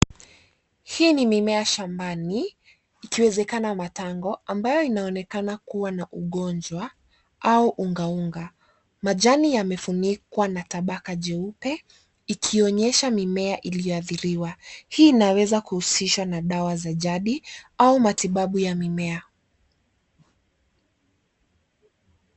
Hii ni mimea shambani ikiwezekana matango ambayo inaonekana kuwa na ugonjwa auungaunga. Majani yamefunikwa na tabaka jeupe ikionyesha mimea iliyohadhiriwa. Hii inaweza kuhusishwa na dawa za jadi au matibabu ya mimea.